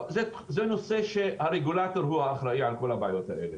זה נושא שהרגולטור הוא האחראי על הנושא הזה,